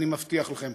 אני מבטיח לכם.